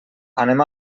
anem